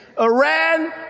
Iran